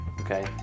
okay